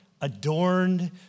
adorned